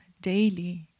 daily